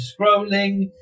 scrolling